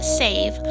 save